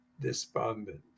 despondent